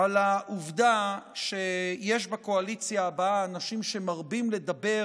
על העובדה שיש בקואליציה הבאה אנשים שמרבים לדבר